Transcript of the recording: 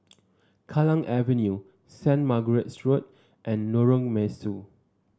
Kallang Avenue Saint Margaret's Road and Lorong Mesu